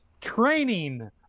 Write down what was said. training